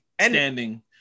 standing